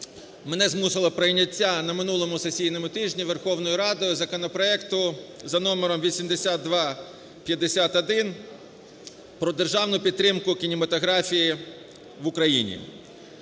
мене змусило прийняття на минулому сесійному тижні Верховною Радою законопроекту за номером 8251 "Про державну підтримку кінематографії в Україні".